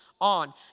on